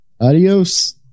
Adios